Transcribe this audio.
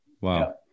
Wow